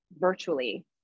virtually